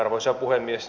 arvoisa puhemies